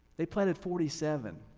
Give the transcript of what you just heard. they planted forty seven.